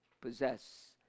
possess